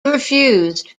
refused